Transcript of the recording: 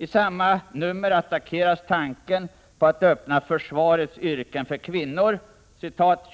I samma nummer attackeras tanken på att öppna försvarets yrken för kvinnor.